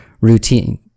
routine